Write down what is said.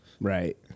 Right